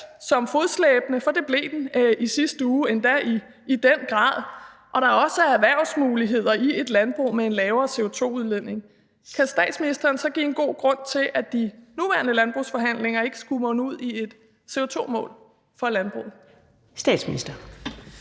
som fodslæbende, for det blev den i sidste uge, endda i den grad, og når der også er erhvervsmuligheder i et landbrug med en lavere CO2-udledning, kan statsministeren så give en god grund til, at de nuværende landbrugsforhandlinger ikke skulle munde ud i et CO2-mål for landbruget? Kl.